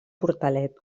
portalet